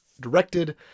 directed